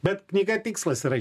bet knyga tikslas yra